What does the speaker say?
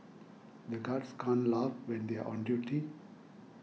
the guards can't laugh when they are on duty